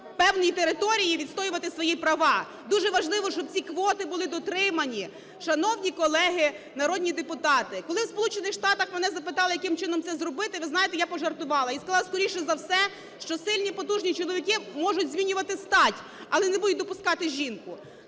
певній території відстоювати свої права. Дуже важливо, щоб ці квоти були дотримані, шановні колеги народні депутати! Коли в Сполучених Штатах мене запитали, яким чином це зробити, ви знаєте, я пожартувала, і сказала: скоріше за все, що сильні, потужні чоловіки можуть змінювати стать, але не будуть допускати жінку.